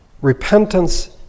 Repentance